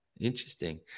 interesting